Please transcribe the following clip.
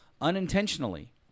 unintentionally